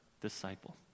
disciple